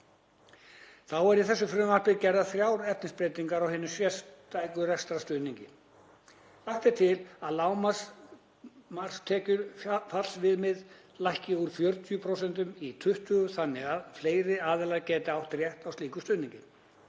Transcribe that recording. Þá eru í þessu frumvarpi gerðar þrjár efnisbreytingar á hinum sértæka rekstrarstuðningi. Lagt er til að lágmarkstekjufallsviðmið lækki úr 40% í 20% þannig að fleiri aðilar geti átt rétt á slíkum stuðningi